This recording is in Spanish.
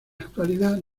actualidad